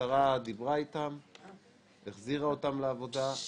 השרה דיברה איתם והחזירה אותם לעבודה.